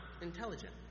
intelligent